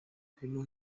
harimo